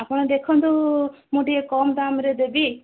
ଆପଣ ଦେଖନ୍ତୁ ମୁଁ ଟିକେ କମ୍ ଦାମ୍ରେ ଦେବି